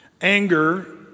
anger